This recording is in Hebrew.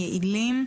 יעילים,